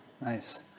Nice